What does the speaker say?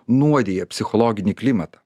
nuodija psichologinį klimatą